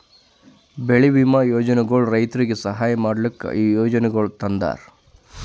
ಬೆಳಿ ವಿಮಾ ಯೋಜನೆಗೊಳ್ ರೈತುರಿಗ್ ಸಹಾಯ ಮಾಡ್ಲುಕ್ ಈ ಯೋಜನೆಗೊಳ್ ತಂದಾರ್